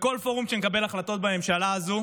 בכל פורום שמקבל החלטות בממשלה הזו,